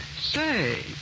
Say